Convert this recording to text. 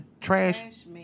trash